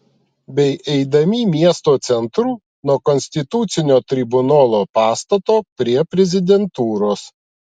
bei eidami miesto centru nuo konstitucinio tribunolo pastato prie prezidentūros